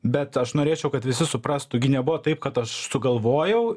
bet aš norėčiau kad visi suprastų gi nebuvo taip kad aš sugalvojau